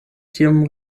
tion